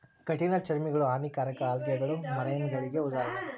ಕಠಿಣ ಚರ್ಮಿಗಳು, ಹಾನಿಕಾರಕ ಆಲ್ಗೆಗಳು ಮರೈನಗಳಿಗೆ ಉದಾಹರಣೆ